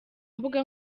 mbuga